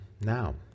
Now